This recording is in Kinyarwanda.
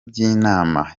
by’inama